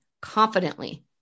confidently